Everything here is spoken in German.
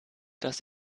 dass